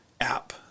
app